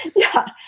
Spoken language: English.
yeah.